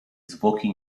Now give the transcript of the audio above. zwłoki